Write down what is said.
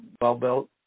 well-built